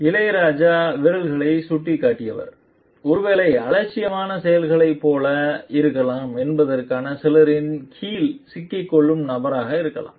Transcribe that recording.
இளையராஜா விரல்களை சுட்டிக் காட்டியவர் ஒருவேளை அலட்சியமான செயல்களைப் போல இருக்கலாம் என்பதற்காக சிலரின் கீழ் சிக்கிக் கொள்ளும் நபராக இருக்கலாம்